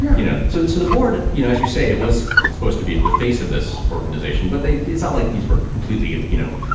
yeah you know, so it's to the board. you know, as you say, it was supposed to be the face of this organization, but it's all like these were completely, you you know,